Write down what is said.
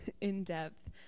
in-depth